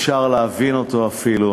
אפשר להבין את זה אפילו,